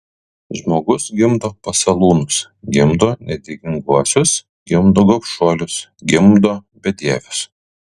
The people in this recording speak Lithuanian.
žmogus gimdo pasalūnus gimdo nedėkinguosius gimdo gobšuolius gimdo bedievius